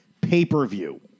pay-per-view